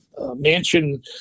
mansion